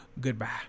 Goodbye